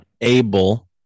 able